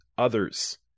others